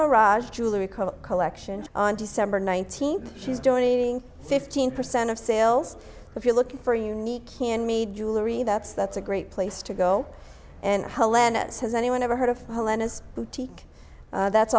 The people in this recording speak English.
mirage jewelry collection on december nineteenth she's doing fifteen percent of sales if you're looking for unique handmade jewelry that's that's a great place to go and hlne has anyone ever heard of helena's boutique that's